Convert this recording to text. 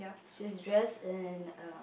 she is dress in a